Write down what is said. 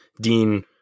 Dean